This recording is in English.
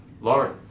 Lauren